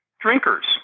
drinkers